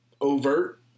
overt